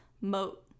Moat